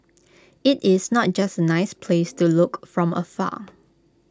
IT is not just A nice place to look from afar